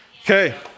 okay